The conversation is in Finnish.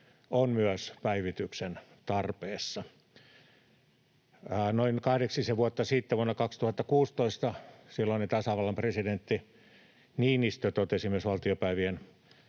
on päivityksen tarpeessa. Noin kahdeksisen vuotta sitten, vuonna 2016, silloinen tasavallan presidentti Niinistö totesi valtiopäivien